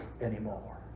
anymore